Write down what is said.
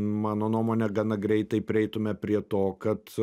mano nuomone ir gana greitai prieitume prie to kad